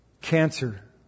cancer